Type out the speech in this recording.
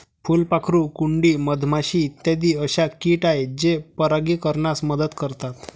फुलपाखरू, कुंडी, मधमाशी इत्यादी अशा किट आहेत जे परागीकरणास मदत करतात